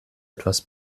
etwas